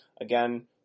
Again